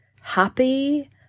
happy